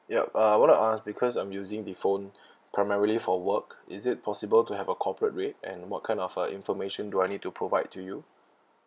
yup uh want to ask because I'm using the phone primarily for work is it possible to have a corporate rate and what kind of uh information do I need to provide to you